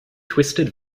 twisted